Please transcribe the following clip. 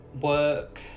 Work